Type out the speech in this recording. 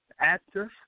Actors